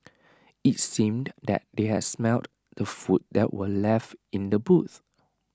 IT seemed that they had smelt the food that were left in the boot